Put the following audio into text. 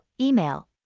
Email